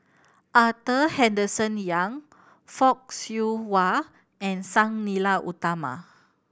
Arthur Henderson Young Fock Siew Wah and Sang Nila Utama